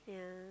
yeah